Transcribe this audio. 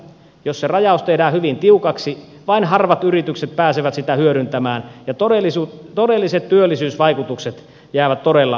jos se rajaus tehdään hyvin tiukaksi vain harvat yritykset pääsevät sitä hyödyntämään ja todelliset työllisyysvaikutukset jäävät todella ohueksi